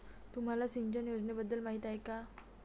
तुम्हाला सिंचन योजनेबद्दल माहिती आहे का?